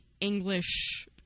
English